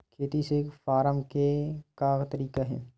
खेती से फारम के का तरीका हे?